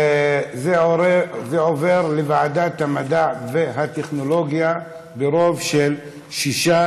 זה עובר לוועדת המדע והטכנולוגיה ברוב של שישה,